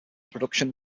production